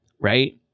right